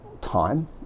time